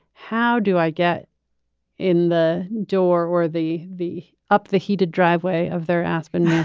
how do i get in the door or the v up the heated driveway of their aspen yeah